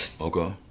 Okay